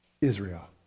Israel